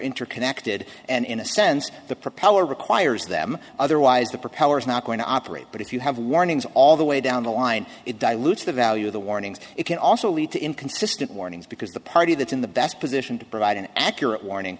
interconnected and in a sense the propeller requires them otherwise the propeller is not going to operate but if you have warnings all the way down the line it dilutes the value of the warnings it can also lead to inconsistent warnings because the party that's in the best position to provide an accurate warning